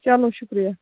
چَلو شُکریہ